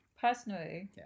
Personally